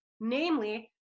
namely